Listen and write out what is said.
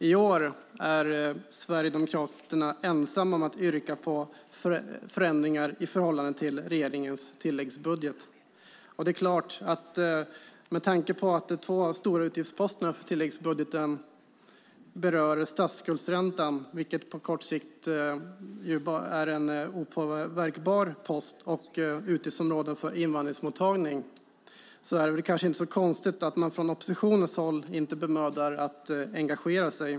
I år är Sverigedemokraterna ensamma om att yrka på förändringar i förhållande till regeringens tilläggsbudget. Med tanke på att de två stora utgiftsposterna för tilläggsbudgeten berör statsskuldsräntan, vilket på kort sikt är en opåverkbar post, och utgiftsområden för invandringsmottagning är det kanske inte så konstigt att man från oppositionens håll inte bemödar sig att engagera sig.